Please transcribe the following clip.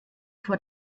vor